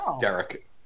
Derek